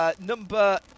number